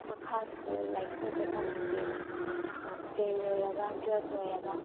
ꯃꯈꯥ ꯁꯥꯡꯅ ꯂꯥꯏꯔꯤꯛꯁꯤꯡꯁꯦ ꯇꯝꯊꯗꯦꯕ ꯇꯦꯟ ꯂꯣꯏꯔꯒ ꯇ꯭ꯋꯦꯜꯐ ꯂꯣꯏꯔꯒ